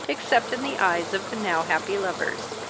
except in the eyes of the now happy lovers.